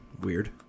weird